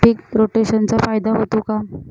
पीक रोटेशनचा फायदा होतो का?